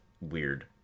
weird